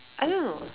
I don't know